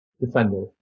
defender